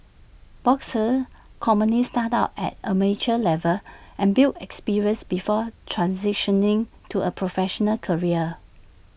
boxers commonly start out at amateur level and build experience before transitioning to A professional career